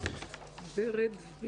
שלום